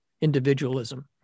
individualism